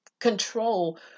control